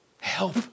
help